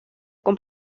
con